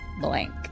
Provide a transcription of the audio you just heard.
blank